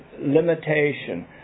limitation